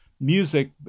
music